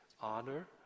honor